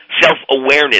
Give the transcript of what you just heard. self-awareness